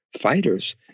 fighters